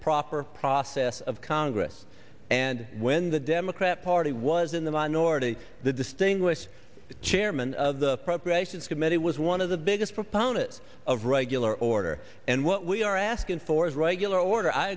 proper process of congress and when the democrat party was in the minority the distinguished chairman of the appropriations committee was one of the biggest proponents of regular order and what we are asked good for is right your order i